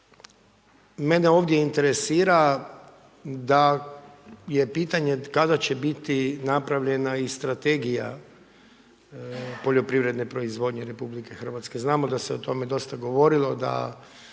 mene ovdje interesira da je pitanje kada će biti napravljena i strategija poljoprivredne proizvodnje RH? Znamo da se o tome dosta govorilo da